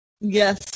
Yes